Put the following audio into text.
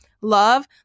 love